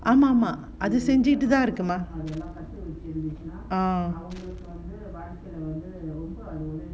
ஆமா ஆமா அது செஞ்சிட்டுதா இருக்குமா:ama ama athu senjittuthaa irukkumaa ah